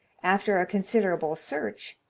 after a considerable search,